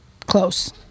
close